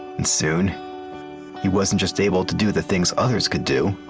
and soon he wasn't just able to do the things others could do,